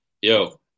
Yo